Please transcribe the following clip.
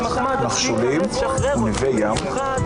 אנחנו יכולים מחר בבוקר להקים 20 צוותים,